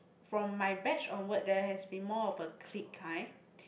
from my batch onward there has been more of a clique kind